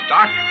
Doc